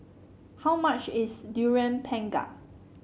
how much is Durian Pengat